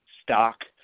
stock